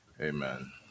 amen